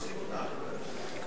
נתקבלו.